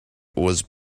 was